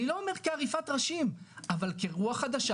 אני לא אומר כעריפת ראשים אבל כרוח חדשה